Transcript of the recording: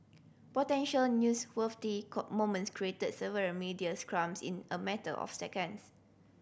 potential news cop moments created several media scrums in a matter of seconds